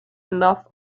enough